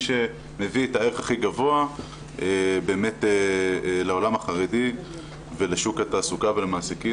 שמביא את הערך הכי גבוה באמת לעולם החרדי ולשוק התעסוקה ולמעסיקים,